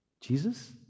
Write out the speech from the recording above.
Jesus